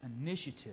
Initiative